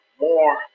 more